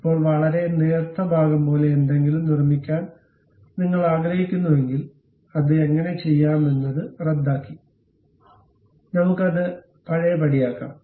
ഇപ്പോൾ വളരെ നേർത്ത ഭാഗം പോലെ എന്തെങ്കിലും നിർമ്മിക്കാൻ നിങ്ങൾ ആഗ്രഹിക്കുന്നുവെങ്കിൽ അത് എങ്ങനെ ചെയ്യാമെന്നത് റദ്ദാക്കി നമുക്ക് അത് പഴയപടിയാക്കാം